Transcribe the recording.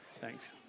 Thanks